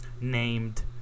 named